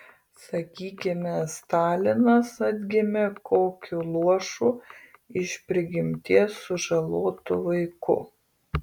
sakykime stalinas atgimė kokiu luošu iš prigimties sužalotu vaiku